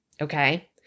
okay